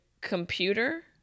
computer